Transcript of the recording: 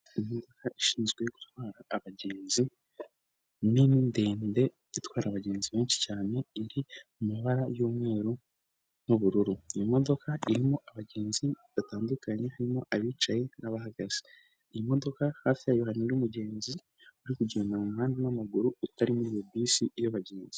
Imodoka ishinzwe gutwara abagenzi nini ndende ,itwara abagenzi benshi cyane, iri mu mabara y'umweru n'ubururu. Imodoka irimo abagenzi batandukanye, barimo abicaye n'abahagaze. Iyi imodokadoka hafi yayo hari umugenzi uri kugenda mu muhanda w'amaguru, utari muri iyo bisi y'abagenzi.